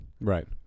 Right